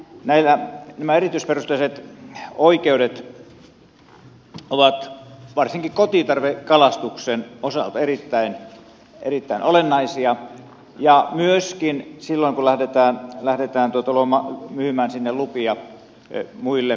nämä erityisperusteiset oikeudet ovat varsinkin kotitarvekalastuksen osalta erittäin olennaisia ja myöskin silloin kun lähdetään myymään sinne lupia muille kalastajille